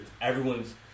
everyone's